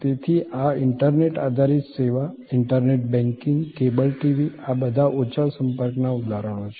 તેથી આ ઇન્ટરનેટ આધારિત સેવા ઇન્ટરનેટ બેંકિંગ કેબલ ટીવી આ બધા ઓછા સંપર્કના ઉદાહરણો છે